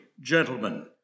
gentlemen